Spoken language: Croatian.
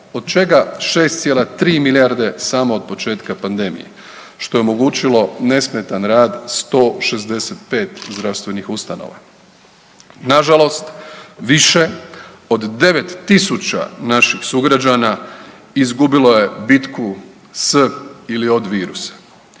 od čega 6,3 milijarde samo od početka pandemije, što je omogućilo nesmetan rad 165 zdravstvenih ustanova. Nažalost više od 9000 naših sugrađana izgubilo je bitku s ili od virusa,